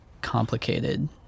complicated